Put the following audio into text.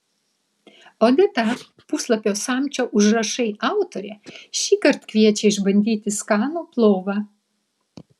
odeta puslapio samčio užrašai autorė šįkart kviečia išbandyti skanų plovą